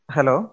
Hello